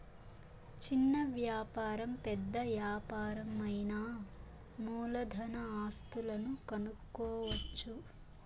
చిన్న వ్యాపారం పెద్ద యాపారం అయినా మూలధన ఆస్తులను కనుక్కోవచ్చు